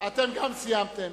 אתם גם סיימתם.